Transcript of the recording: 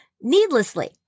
needlessly